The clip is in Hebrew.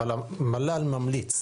אבל המל"ל ממליץ,